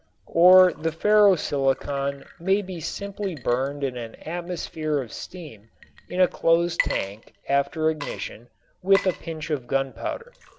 or the ferro-silicon may be simply burned in an atmosphere of steam in a closed tank after ignition with a pinch of gunpowder.